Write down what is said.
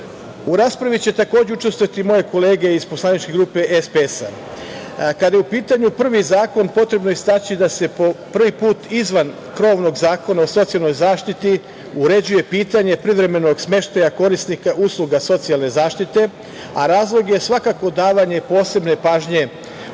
raspravi će takođe učestvovati i moje kolege iz poslaničke grupe SPS. Kada je u pitanju prvi zakon, potrebno je istaći da se po prvi put izvan Krovnog zakona o socijalnoj zaštiti uređuje pitanje privremenog smeštaja korisnika usluga socijalne zaštite, a razlog je svakako davanje posebne pažnje